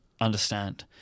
understand